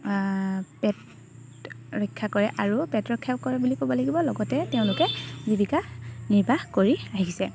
পেট ৰক্ষা কৰে আৰু পেট ৰক্ষা কৰে বুলি ক'ব লাগিব লগতে তেওঁলোকে জীৱিকা নিৰ্বাহ কৰি আহিছে